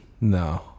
No